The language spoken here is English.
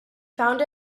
found